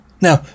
Now